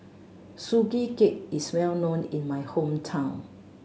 Sugee Cake is well known in my hometown